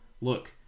Look